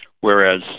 whereas